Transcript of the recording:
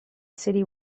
city